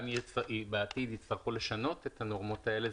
גם אם בעתיד יצטרכו לשנות את הנורמות האלה,